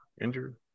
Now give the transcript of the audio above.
Injured